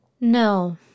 No